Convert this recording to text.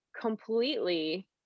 completely